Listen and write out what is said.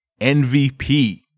MVP